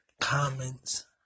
comments